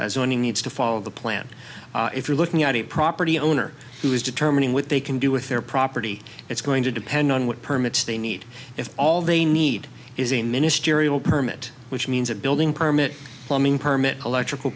zoning needs to follow the plan if you're looking at a property owner who is determining what they can do with their property it's going to depend on what permits they need if all they need is a ministerial permit which means that building permit plumbing permit electrical